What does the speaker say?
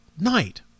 night